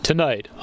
Tonight